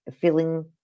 feeling